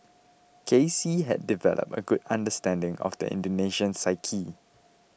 K C had developed a good understanding of the Indonesian psyche